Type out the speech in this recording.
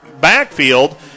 backfield